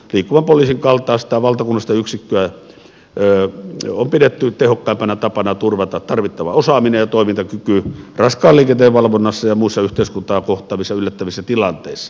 liikkuvan poliisin kaltaista valtakunnallista yksikköä on pidetty tehokkaimpana tapana turvata tarvittava osaaminen ja toimintakyky raskaan liikenteen valvonnassa ja muissa yhteiskuntaa kohtaavissa yllättävissä tilanteissa